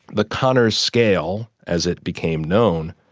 the conners scale, as it became known,